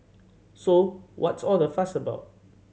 so what's all the fuss about